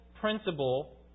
principle